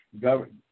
government